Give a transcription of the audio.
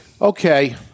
Okay